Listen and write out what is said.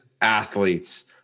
athletes